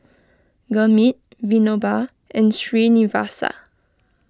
Gurmeet Vinoba and Srinivasa